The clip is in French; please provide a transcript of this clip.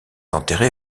enterré